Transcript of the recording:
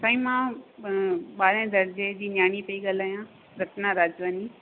साईं मां ॿारहें दर्जे जी नियाणी पेई ॻाल्हायां रत्ना राजवानी